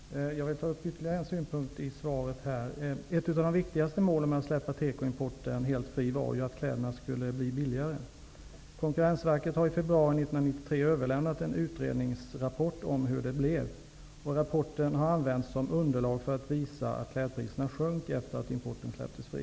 Herr talman! Jag vill ta upp ytterligare en synpunkt i svaret. Ett av de viktigaste målen med att släppa tekoimporten helt fri var ju att kläderna skulle bli billigare. Konkurrensverket har i februari 1993 överlämnat en utredningsrapport om hur det blev. Rapporten har använts som underlag för att visa att klädpriserna sjönk efter det att importen släpptes fri.